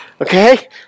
Okay